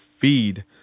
feed